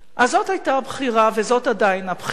אז זאת היתה הבחירה וזאת עדיין הבחירה,